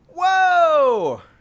Whoa